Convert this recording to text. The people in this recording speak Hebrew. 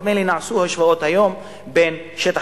נדמה לי שנעשו השוואות היום בין שטח